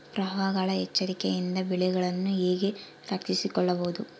ಪ್ರವಾಹಗಳ ಎಚ್ಚರಿಕೆಯಿಂದ ಬೆಳೆಗಳನ್ನು ಹೇಗೆ ರಕ್ಷಿಸಿಕೊಳ್ಳಬಹುದು?